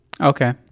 Okay